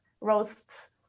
roasts